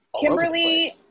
Kimberly